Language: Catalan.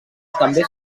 també